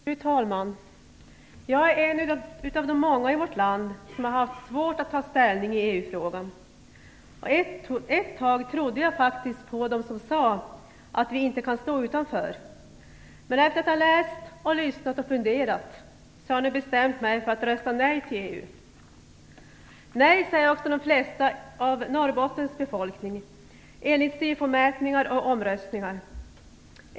Fru talman! Jag är en av de många i vårt land som har haft svårt att ta ställning i EU-frågan. Ett tag trodde jag faktiskt på dem som sade att vi inte kan stå utanför. Men efter att ha läst, lyssnat och funderat har jag nu bestämt mig för att rösta nej till EU. Nej säger också majoriteten av Norrbottens befolkning enligt SIFO-mätningar och omröstningar.